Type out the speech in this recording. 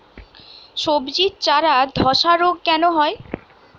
সবজির চারা ধ্বসা রোগ কেন হয়?